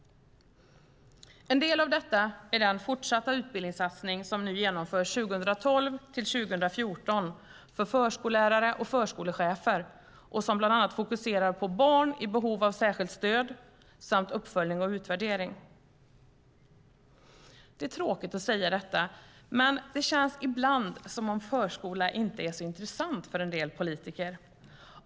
En del av detta är den fortsatta utbildningssatsning som nu genomförs 2012-2014 för förskollärare och förskolechefer och som bland annat fokuserar på barn i behov av särskilt stöd samt uppföljning och utvärdering. Det är tråkigt att säga detta, men det känns ibland som att förskola inte är så intressant för en del politiker.